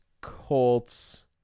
Colts